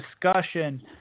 discussion